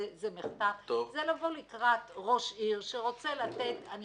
זה לבוא לקראת ראש עיר שרוצה לתת אני